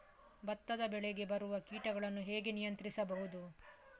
ಭತ್ತದ ಬೆಳೆಗೆ ಬರುವ ಕೀಟಗಳನ್ನು ಹೇಗೆ ನಿಯಂತ್ರಿಸಬಹುದು?